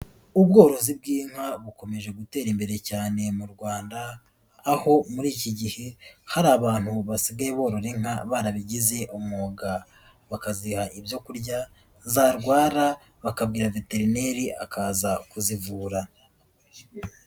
Ubworozi bw'inka bukomeje gutera imbere cyane mu Rwanda aho muri iki gihe hari abantu basigaye borora inka barabigize umwuga, bakaziha ibyo kurya zarwara bakabwira veterineri akaza kuzivura.